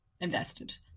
invested